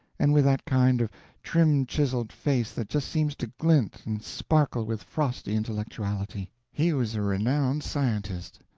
and with that kind of trim-chiseled face that just seems to glint and sparkle with frosty intellectuality! he was a renowned scientist.